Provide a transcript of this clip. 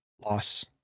loss